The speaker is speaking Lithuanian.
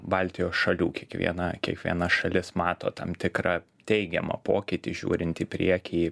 baltijos šalių kiekviena kiekviena šalis mato tam tikrą teigiamą pokytį žiūrint į priekį